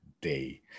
day